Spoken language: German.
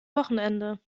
wochenende